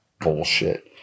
bullshit